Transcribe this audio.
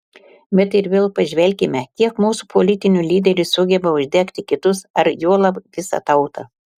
bet ir vėl pažvelkime kiek mūsų politinių lyderių sugeba uždegti kitus ar juolab visą tautą